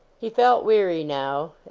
he felt weary now,